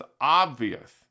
obvious